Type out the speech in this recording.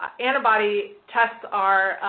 antibody tests are,